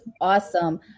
awesome